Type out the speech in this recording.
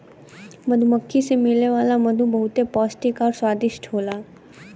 मधुमक्खी से मिले वाला मधु बहुते पौष्टिक आउर स्वादिष्ट होला